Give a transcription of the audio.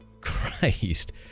Christ